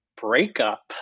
breakup